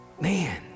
Man